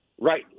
Right